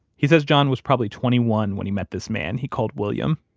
he says john was probably twenty one when he met this man he called william,